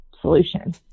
solution